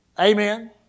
Amen